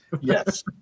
Yes